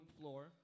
floor